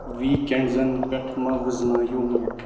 weak and زن پٮ۪ٹھ مہٕ ؤزنایِو مےٚ